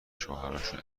شوهراشون